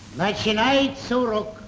like hell i so will!